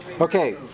Okay